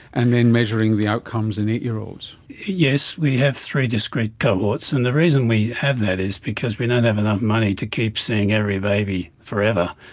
and then measuring the outcomes in eight year olds. yes, we have three discrete cohorts. and the reason we have that is because we don't have enough money to keep seeing every baby forever,